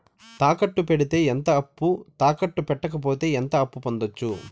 తాకట్టు పెడితే ఎంత అప్పు, తాకట్టు పెట్టకపోతే ఎంత అప్పు పొందొచ్చు?